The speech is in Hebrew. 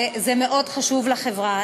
וזה מאוד חשוב לחברה.